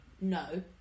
no